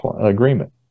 Agreement